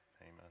amen